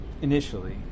initially